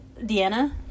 Deanna